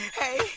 hey